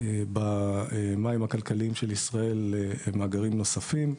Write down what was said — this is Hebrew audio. במים הכלכליים של ישראל למאגרים נוספים.